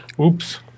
oops